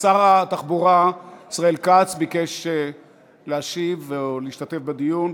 שר התחבורה ישראל כץ ביקש להשיב, או להשתתף בדיון.